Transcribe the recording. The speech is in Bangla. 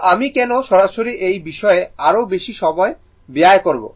তো আমি কেন সরাসরি এই বিষয়ে আরও বেশি সময় ব্যয় করব